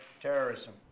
terrorism